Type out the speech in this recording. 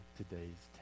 today's